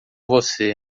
você